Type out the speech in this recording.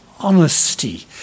Honesty